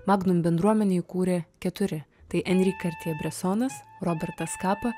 magnum bendruomenė įkūrė keturi tai henri kartiė bresonas robertas kapa